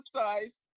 Exercise